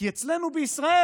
כי אצלנו בישראל,